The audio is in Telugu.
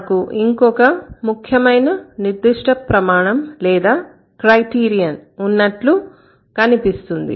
నాకు ఇంకొక ముఖ్యమైన నిర్దిష్ట ప్రమాణం లేదా క్రైటీరియన్ ఉన్నట్టుగా కనిపిస్తుంది